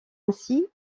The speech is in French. ainsi